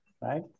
right